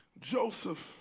Joseph